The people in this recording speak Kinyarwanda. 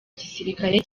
gisirikare